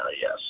yes